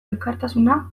elkartasuna